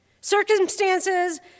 circumstances